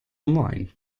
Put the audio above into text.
online